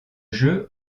jeu